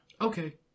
Okay